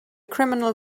criminal